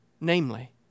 Namely